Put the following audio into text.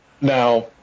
Now